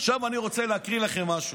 עכשיו אני רוצה להקריא לכם משהו.